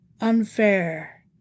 Unfair